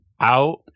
out